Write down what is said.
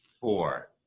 four